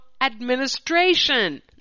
administration